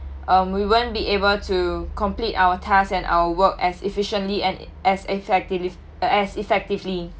um we won't be able to complete our task and our work as efficiently and as effective~ uh as effectively